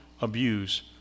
abuse